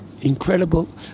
incredible